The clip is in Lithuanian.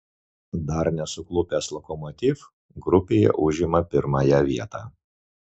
dar nesuklupęs lokomotiv grupėje užima pirmąją vietą